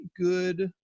good